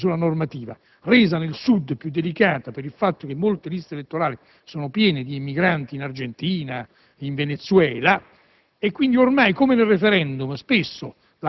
prende quanto è fisiologico. Noi dobbiamo riflettere sulla normativa, resa al Sud più delicata per il fatto che molte liste elettorali sono piene di persone emigrate in Argentina e in Venezuela